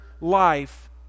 life